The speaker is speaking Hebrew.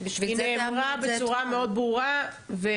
היא נאמרה בצורה מאוד ברורה.